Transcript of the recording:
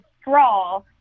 straw